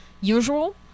usual